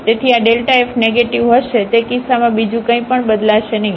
તેથી આ fનેગેટીવ હશે તે કિસ્સામાં બીજું કંઇપણ બદલાશે નહીં